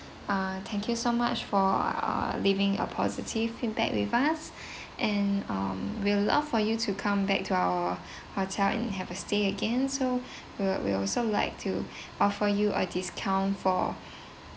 uh thank you so much for uh leaving a positive feedback with us and um will love for you to come back to our hotel in have a stay again so will we also like to offer you a discount for